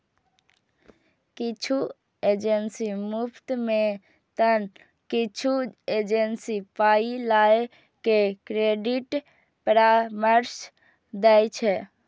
किछु एजेंसी मुफ्त मे तं किछु एजेंसी पाइ लए के क्रेडिट परामर्श दै छै